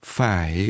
Phải